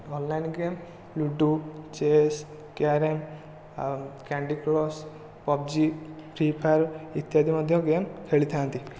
online game ludo chess carrom ଆଉ candy crush PUBG free fire ଇତ୍ୟାଦି ମଧ୍ୟ game ଖେଳିଥାନ୍ତି